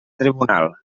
tribunal